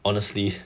honestly